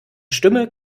stimme